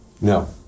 No